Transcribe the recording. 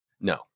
No